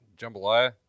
jambalaya